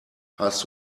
hast